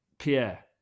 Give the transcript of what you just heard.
Pierre